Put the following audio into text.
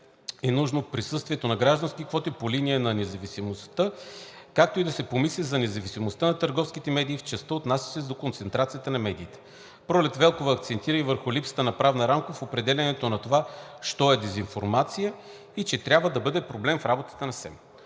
е нужно присъствието на граждански квоти по линия на независимостта, както и да се помисли за независимостта на търговските медии в частта, отнасяща се до концентрацията на медиите. Пролет Велкова акцентира и върху липсата на правна рамка в определянето на това що е дезинформация и че това може да бъде проблем в работата на СЕМ.